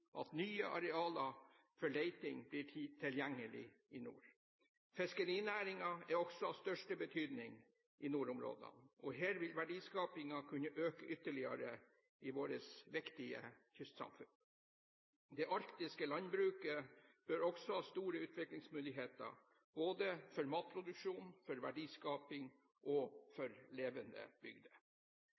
at nye arealer for leting blir tilgjengelig i nord. Fiskerinæringen er også av største betydning i nordområdene, og her vil verdiskapingen kunne øke ytterligere i våre viktige kystsamfunn. Det arktiske landbruket bør også ha store utviklingsmuligheter både for matproduksjonen, for verdiskapingen og for levende bygder.